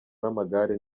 n’amagare